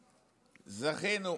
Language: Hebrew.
זכינו,